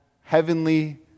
heavenly